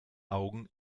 augen